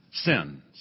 sins